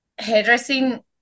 Hairdressing